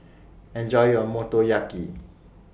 Enjoy your Motoyaki